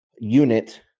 unit